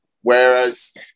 whereas